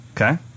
Okay